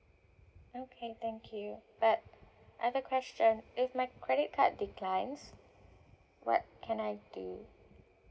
okay thank you but I have a question if my credit card declines what can I do